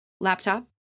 laptop